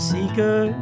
Seeker